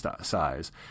size